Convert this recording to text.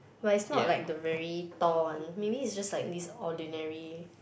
but it's not like the very tall one maybe it's just like this ordinary